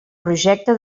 projecte